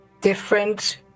different